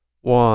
One